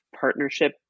partnership